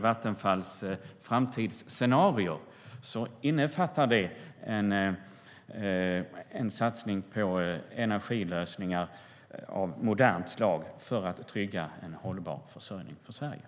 Vattenfalls framtidsscenarier innefattar en satsning på energilösningar av modernt slag för att trygga hållbar försörjning för Sverige.